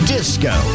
Disco